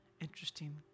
interesting